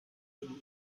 belogen